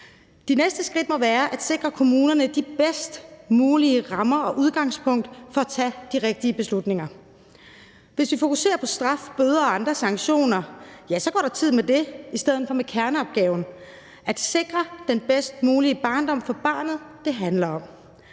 De næste skridt må være at sikre kommunerne de bedst mulige rammer og det bedst mulige udgangspunkt for at tage de rigtige beslutninger. Hvis vi fokuserer på straf, bøder og andre sanktioner, ja, så går der tid med det i stedet for med kerneopgaven: At sikre den bedst mulige barndom for barnet, det handler om.